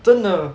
真的